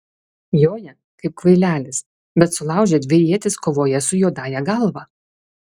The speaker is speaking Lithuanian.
joja kaip kvailelis bet sulaužė dvi ietis kovoje su juodąja galva